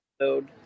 episode